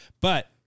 But-